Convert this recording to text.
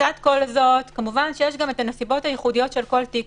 לצד כול זאת כמובן שיש גם את הנסיבות הייחודיות של כל תיק.